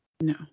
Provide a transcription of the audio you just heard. No